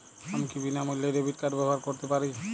আমি কি বিনামূল্যে ডেবিট কার্ড ব্যাবহার করতে পারি?